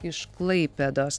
iš klaipėdos